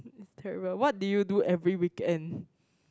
what did you do every weekend